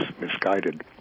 misguided